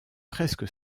presque